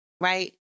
Right